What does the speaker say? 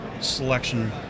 selection